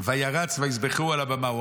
וירץ ויזבחהו על הבמה".